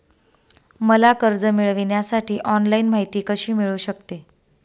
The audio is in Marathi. मला कर्ज मिळविण्यासाठी ऑनलाइन माहिती कशी मिळू शकते?